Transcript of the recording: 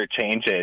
changes